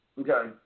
Okay